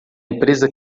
empresa